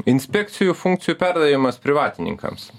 inspekcijų funkcijų perdavimas privatininkams